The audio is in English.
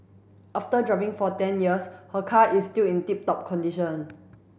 after driving for ten years her car is still in tip top condition